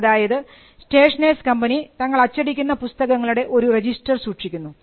അതായത് stationers company തങ്ങൾ അച്ചടിക്കുന്ന പുസ്തകങ്ങളുടെ ഒരു രജിസ്റ്റർ സൂക്ഷിക്കുന്നു